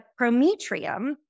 prometrium